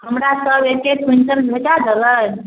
हमरा सभ एक एक क्विंटल भेटा देलनि